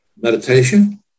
meditation